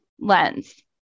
lens